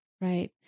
right